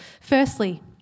Firstly